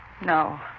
No